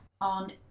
On